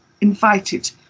invited